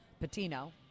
patino